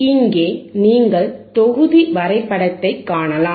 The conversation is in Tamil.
இங்கே நீங்கள் தொகுதி வரைபடத்தைக் காணலாம்